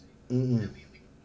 mm mm